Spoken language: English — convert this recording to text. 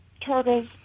turtles